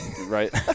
Right